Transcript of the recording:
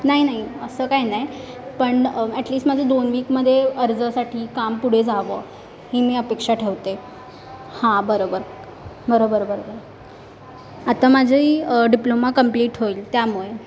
नाही नाही असं काही नाही पण ॲटलिस्ट माझे दोन वीकमध्ये अर्जासाठी काम पुढे जावं ही मी अपेक्षा ठेवते हां बरोबर बरोबर बरोबर आता माझंही डिप्लोमा कंप्लिट होईल त्यामुळे